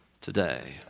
today